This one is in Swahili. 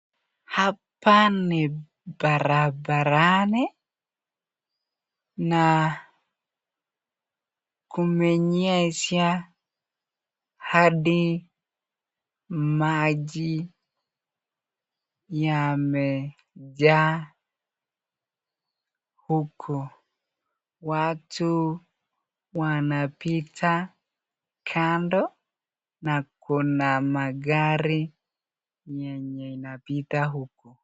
Hapa ni barabarani na kumenyesha hadi maji yamejaa huku watu wanapita kando na kuna magari yeye inapita huku.